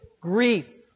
grief